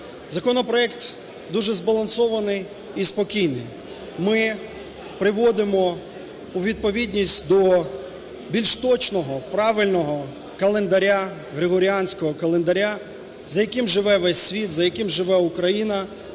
Законопроект дуже збалансований і спокійний. Ми приводимо у відповідність до більш точного, правильного календаря, Григоріанського календаря, за яким живе весь світ, за яким живе Україна,